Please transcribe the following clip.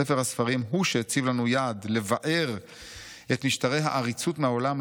ספר הספרים הוא שהציב לנו יעד לבער את משטרי העריצות מהעולם,